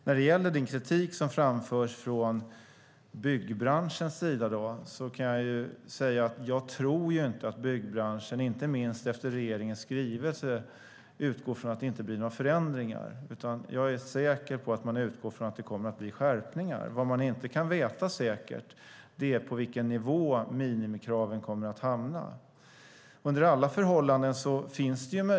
När det gäller den kritik som framförs från byggbranschens sida kan jag säga att jag inte tror att byggbranschen - inte minst efter regeringens skrivelse - utgår från att det inte blir några förändringar, utan jag är säker på att man utgår från att det kommer att bli skärpningar. Vad man inte kan veta säkert är på vilken nivå minimikraven kommer att hamna.